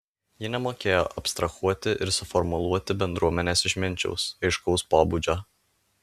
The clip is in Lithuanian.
jie nemokėjo abstrahuoti ir suformuluoti bendruomenės išminčiaus aiškaus pobūdžio